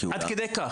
עד כדי כך.